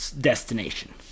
destination